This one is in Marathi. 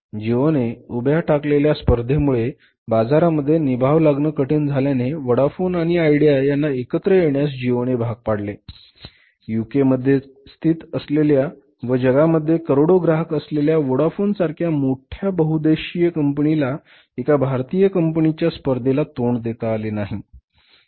जिओने उभ्या ठाकलेल्या स्पर्धेमुळे बाजारामध्ये निभाव लागणं कठीण झाल्याने वोडाफोन आणि आयडिया यांना एकत्र येण्यास जिओ ने भाग पाडले युके मध्ये स्थित असलेल्या व जगामध्ये करोडो ग्राहक असलेल्या वोडाफोन सारख्या मोठ्या बहुउद्देशीय कंपनीला एका भारतीय कंपनीच्या स्पर्धेला तोंड देता आले नाही